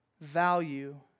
value